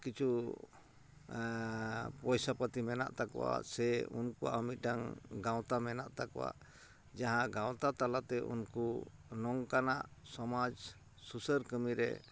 ᱠᱤᱪᱷᱩ ᱯᱚᱭᱥᱟ ᱼᱯᱟᱹᱛᱤ ᱢᱮᱱᱟᱜ ᱛᱟᱠᱚᱣᱟ ᱥᱮ ᱩᱱᱠᱚᱣᱟᱜ ᱦᱚᱸ ᱢᱤᱫᱴᱟᱝ ᱜᱟᱶᱛᱟ ᱢᱮᱱᱟᱜ ᱛᱟᱠᱚᱣᱟ ᱡᱟᱦᱟᱸ ᱜᱟᱶᱛᱟ ᱛᱟᱞᱟᱛᱮ ᱩᱱᱠᱩ ᱱᱚᱝᱠᱟᱱᱟᱜ ᱥᱚᱢᱟᱡᱽ ᱥᱩᱥᱟᱹᱨ ᱠᱟᱹᱢᱤᱨᱮ